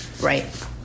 Right